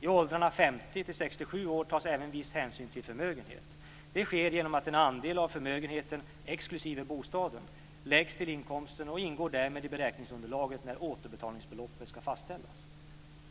I åldrarna 50-67 år tas även viss hänsyn till förmögenhet. Det sker genom att en andel av förmögenheten exklusive bostaden läggs till inkomsten och därmed ingår i beräkningsunderlaget när återbetalningsbeloppet ska fastställas.